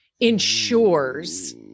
ensures